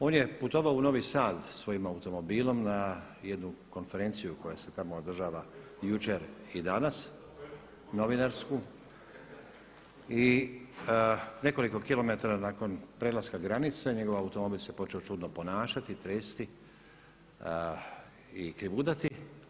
On je putovao u Novi Sad svojim automobilom na jednu konferenciju koja se tamo održava jučer i danas, novinarsku i nekoliko kilometara nakon prelaska granice njegov automobil se počeo čudno ponašati, tresti i krivudati.